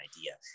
idea